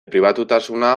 pribatutasuna